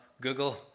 Google